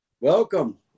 Welcome